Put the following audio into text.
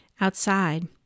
Outside